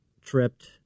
tripped